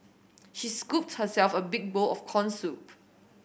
she scooped herself a big bowl of corn soup